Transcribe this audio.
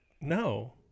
No